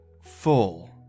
full